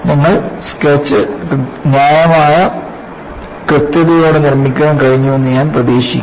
നിങ്ങൾക്ക് സ്കെച്ച് ന്യായമായ കൃത്യതയോടെ നിർമ്മിക്കാൻ കഴിഞ്ഞുവെന്ന് ഞാൻ പ്രതീക്ഷിക്കുന്നു